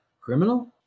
criminal